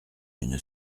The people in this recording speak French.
une